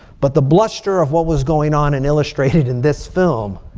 but the bluster of what was going on and illustrated in this film.